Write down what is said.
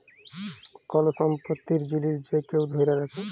call সম্পত্তির জিলিস যদি কেউ ধ্যইরে রাখে